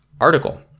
article